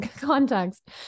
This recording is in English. context